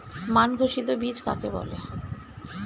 মান ঘোষিত বীজ কাকে বলে?